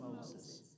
Moses